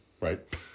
Right